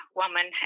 woman